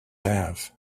have